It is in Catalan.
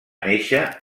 néixer